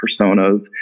personas